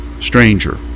stranger